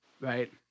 Right